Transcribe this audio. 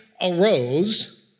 arose